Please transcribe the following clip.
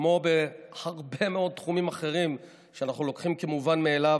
כמו בהרבה מאוד תחומים שאנחנו לוקחים כמובן מאליו,